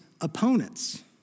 opponents